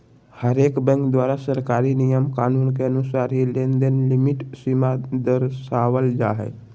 हरेक बैंक द्वारा सरकारी नियम कानून के अनुसार ही लेनदेन लिमिट सीमा दरसावल जा हय